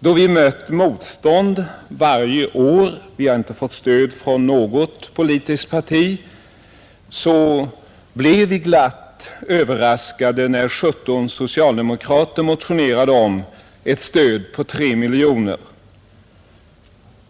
Eftersom vi mött motstånd varje år — vi har inte fått stöd från något politiskt parti — blev vi glatt överraskade när 17 socialdemokrater motionerade om ett stöd på 3 miljoner